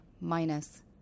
minus